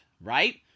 right